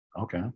Okay